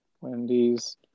Wendy's